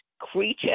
creature